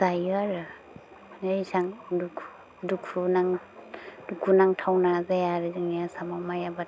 जाहैयो आरो मानि इसां दुखु दुखुनां दुखुनांथावना जाया आरो जोंनि आसामाव माय आबाद